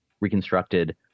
reconstructed